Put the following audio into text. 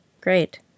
Great